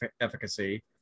efficacy